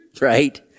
right